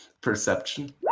Perception